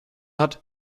hat